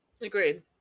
Agreed